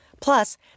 Plus